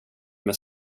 med